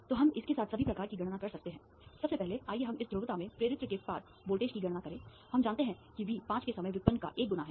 तो हम इसके साथ सभी प्रकार की गणना कर सकते हैं सबसे पहले आइए हम इस ध्रुवता में प्रेरित्र के पार वोल्टेज की गणना करें हम जानते हैं कि v पांच के समय व्युत्पन्न का l गुना है